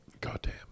Goddamn